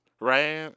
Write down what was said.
right